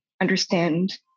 understand